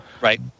Right